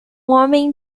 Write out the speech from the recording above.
homem